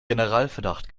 generalverdacht